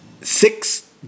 six